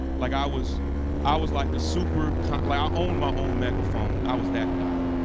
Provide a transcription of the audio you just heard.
like i was i was like the super con like i owned my own megaphone, i was that guy.